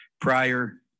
prior